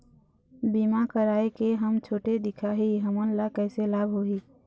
बीमा कराए के हम छोटे दिखाही हमन ला कैसे लाभ होही?